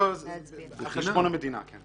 על חשבון המדינה, כן.